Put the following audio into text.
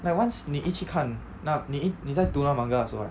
like once 你一去看那你一你在读那个 manga 的时候 right